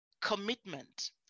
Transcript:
commitment